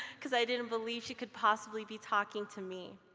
because i didn't believe she could possibly be talking to me.